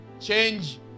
change